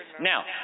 Now